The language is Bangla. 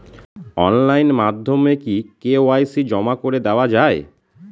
অনলাইন মাধ্যমে কি কে.ওয়াই.সি জমা করে দেওয়া য়ায়?